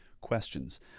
questions